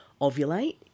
ovulate